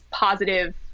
positive